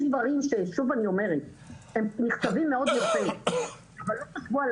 יש דברים שנכתבים מאוד יפה אבל לא חשבו על